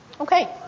Okay